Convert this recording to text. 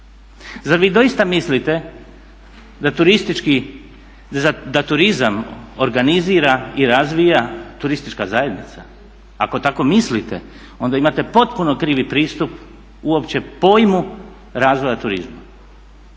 Zar vi doista mislite da turizam organizira i razvija turistička zajednica? Ako tako mislite onda imate potpuno krivi pristup uopće pojmu razvoja turizma.